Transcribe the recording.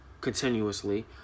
continuously